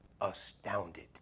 astounded